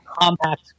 compact